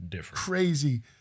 crazy